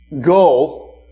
Go